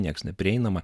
niekas neprieinama